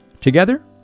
Together